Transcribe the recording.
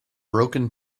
broken